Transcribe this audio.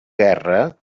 guerra